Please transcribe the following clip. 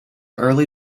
early